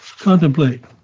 contemplate